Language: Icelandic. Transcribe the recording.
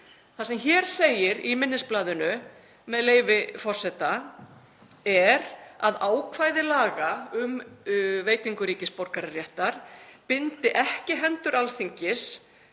Það sem hér segir í minnisblaðinu, með leyfi forseta, er að ákvæði laga um veitingu ríkisborgararéttar bindi ekki hendur Alþingis